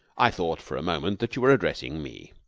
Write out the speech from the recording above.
i thought for a moment that you were addressing me.